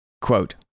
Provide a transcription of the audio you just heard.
Quote